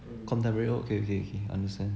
contemporary oh okay okay okay understand